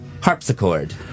harpsichord